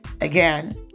Again